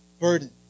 burden